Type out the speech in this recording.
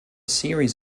series